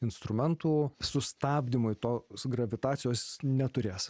instrumentų sustabdymui tos gravitacijos neturės